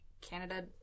Canada